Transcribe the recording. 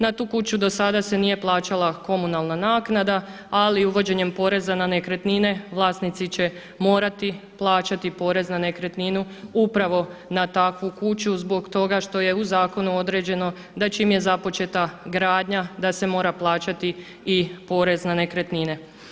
Na tu kuću do sada se nije plaćala komunalna naknada ali uvođenjem poreza na nekretnine vlasnici će morati plaćati porez na nekretninu upravo na takvu kuću zbog toga što je u zakonu određeno da čim je započeta gradnja da se mora plaćati i porez na nekretnine.